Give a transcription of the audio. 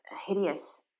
hideous